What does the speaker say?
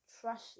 Trash